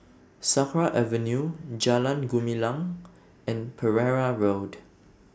Sakra Avenue Jalan Gumilang and Pereira Road